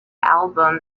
album